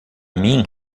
mim